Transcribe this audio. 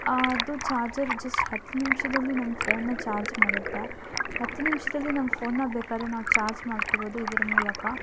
ಅದು charger just ಹತ್ತು ನಿಮಿಷದಲ್ಲಿ ನಮ್ಮ ಫೋನನ್ನ ಚಾರ್ಜ್ ಮಾಡುತ್ತೆ ಹತ್ತು ನಿಮಿಷದಲ್ಲಿ ನಮ್ಮ ಫೋನನ್ನ ಬೇಕಾದ್ರೆ ನಾವು ಚಾರ್ಜ್ ಮಾಡ್ಕೊಬೋದು ಇದರ ಮೂಲಕ